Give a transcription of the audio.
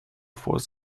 force